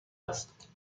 است